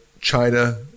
China